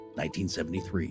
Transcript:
1973